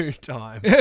time